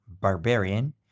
barbarian